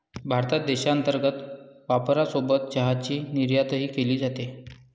भारतात देशांतर्गत वापरासोबत चहाची निर्यातही केली जाते